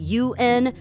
un